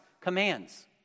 commands